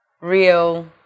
real